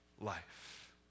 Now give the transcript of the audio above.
life